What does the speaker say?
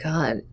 God